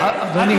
דודי,